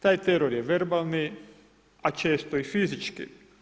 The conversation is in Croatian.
Taj teror je verbalni a često i fizički.